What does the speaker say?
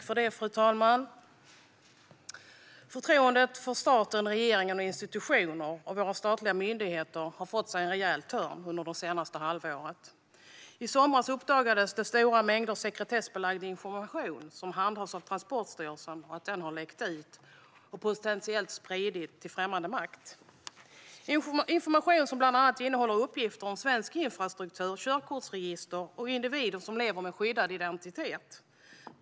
Fru talman! Förtroendet för staten, regeringen, institutioner och våra statliga myndigheter har fått sig en rejäl törn under det senaste halvåret. I somras uppdagades att stora mängder sekretessbelagd information som handhas av Transportstyrelsen har läckt ut och eventuellt spridits till främmande makt. Det är information som bland annat innehåller uppgifter om svensk infrastruktur, körkortsregister och individer som lever med skyddad identitet.